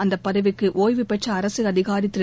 அந்தப் பதவிக்கு ஓய்வு பெற்ற அரசு அதிகாரி திரு